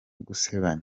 gusebanya